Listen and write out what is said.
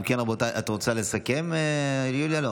את רוצה לסכם, יוליה?